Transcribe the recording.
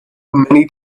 many